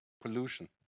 Pollution